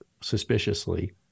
suspiciously